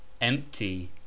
empty